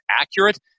accurate